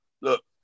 look